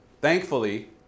Thankfully